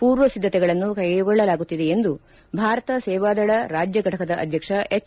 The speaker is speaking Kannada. ಪೂರ್ವ ಸಿದ್ದತೆಗಳನ್ನು ಕೈಗೊಳ್ಳಲಾಗುತ್ತಿದೆ ಎಂದು ಭಾರತ ಸೇವಾದಳ ರಾಜ್ಯ ಘಟಕದ ಅಧ್ಯಕ್ಷ ಎಚ್